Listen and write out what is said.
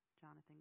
Jonathan